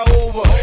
over